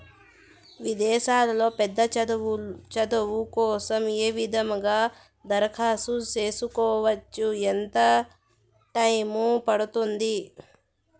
విదేశాల్లో పెద్ద చదువు కోసం ఏ విధంగా దరఖాస్తు సేసుకోవచ్చు? ఎంత టైము పడుతుంది?